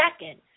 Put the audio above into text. second